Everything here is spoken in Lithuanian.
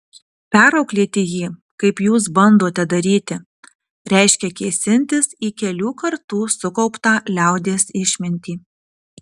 perauklėti jį kaip jūs bandote daryti reiškia kėsintis į kelių kartų sukauptą liaudies išmintį